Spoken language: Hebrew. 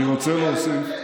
אני מכבד אותו.